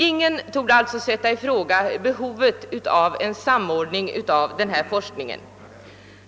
Ingen torde alltså ifrågasätta behovet av en samordning av denna forskning.